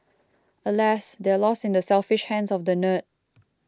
alas they're lost in the selfish hands of the nerd